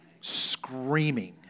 screaming